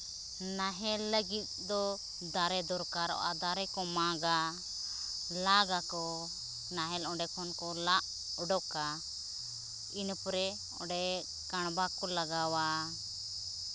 ᱱᱟᱦᱮᱞ ᱞᱟᱹᱜᱤᱫ ᱫᱚ ᱫᱟᱨᱮ ᱫᱚᱨᱠᱟᱨᱚᱜᱼᱟ ᱫᱟᱨᱮ ᱠᱚ ᱢᱟᱜᱟ ᱞᱟᱜᱽ ᱟᱠᱚ ᱱᱟᱦᱮᱞ ᱚᱸᱰᱮ ᱠᱷᱚᱱ ᱠᱚ ᱞᱟᱜ ᱚᱰᱳᱠᱟ ᱤᱱᱟᱹ ᱯᱚᱨᱮ ᱚᱸᱰᱮ ᱠᱟᱬᱵᱟ ᱠᱚ ᱞᱟᱜᱟᱣᱟ